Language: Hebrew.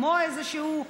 כמו איזשהו,